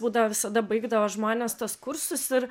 būdavo visada baigdavo žmonės tuos kursus ir